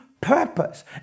purpose